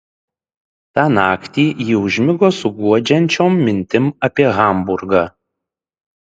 tą naktį ji užmigo su guodžiančiom mintim apie hamburgą